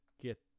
get